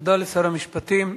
תודה לשר המשפטים.